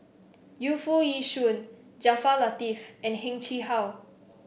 Yu Foo Yee Shoon Jaafar Latiff and Heng Chee How